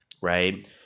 Right